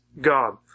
God